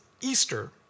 Easter